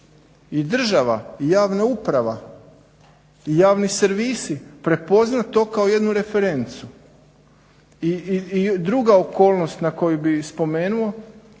i država i javna uprava i javni servisi prepoznati to kao jednu referencu i druga okolnost na koju bi spomenuo,